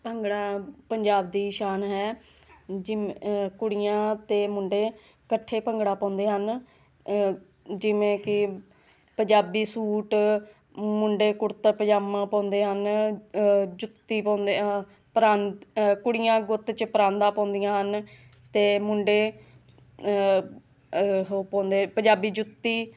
ਭੰਗੜਾ ਪੰਜਾਬ ਦੀ ਸ਼ਾਨ ਹੈ ਜਿਵੇਂ ਕੁੜੀਆਂ ਅਤੇ ਮੁੰਡੇ ਇਕੱਠੇ ਭੰਗੜਾ ਪਾਉਂਦੇ ਹਨ ਜਿਵੇਂ ਕਿ ਪੰਜਾਬੀ ਸੂਟ ਮੁੰਡੇ ਕੁੜਤਾ ਪਜਾਮਾ ਪਾਉਂਦੇ ਹਨ ਜੁੱਤੀ ਪਾਉਂਦੇ ਆ ਪਰਾ ਕੁੜੀਆਂ ਗੁੱਤ 'ਚ ਪਰਾਂਦਾ ਪਾਉਂਦੀਆਂ ਹਨ ਅਤੇ ਮੁੰਡੇ ਉਹ ਪਾਉਂਦੇ ਪੰਜਾਬੀ ਜੁੱਤੀ